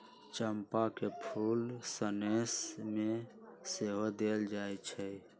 चंपा के फूल सनेश में सेहो देल जाइ छइ